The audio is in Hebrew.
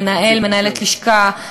מנהל/מנהלת לשכה,